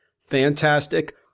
Fantastic